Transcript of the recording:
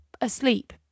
asleep